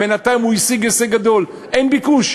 בינתיים הוא השיג הישג גדול, אין ביקוש.